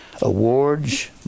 awards